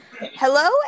Hello